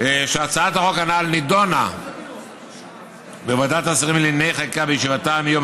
שהצעת החוק הנ"ל נדונה בוועדת שרים לענייני חקיקה בישיבתה מיום